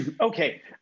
Okay